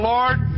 Lord